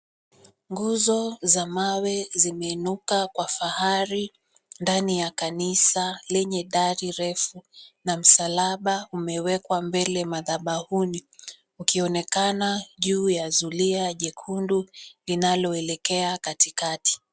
Nguzo za mawe zimeinuka kwa fahari ndani ya kanisa lenye dari refu na msalaba umewekwa mbele madhabahuni ukionekana juu ya zulia jekundu linaloelekea katikati.